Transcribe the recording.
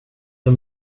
jag